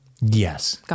Yes